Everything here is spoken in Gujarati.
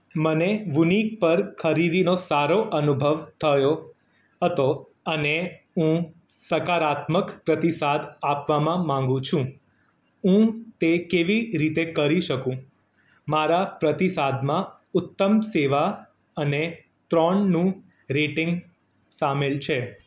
મને વુનિક પર ખરીદીનો સારો અનુભવ થયો હતો અને હું સકારાત્મક પ્રતિસાદ આપવામાં માગું છું હું તે કેવી રીતે કરી શકું મારા પ્રતિસાદમાં ઉત્તમ સેવા અને ત્રણનું રેટિંગ સામેલ છે